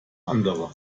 andere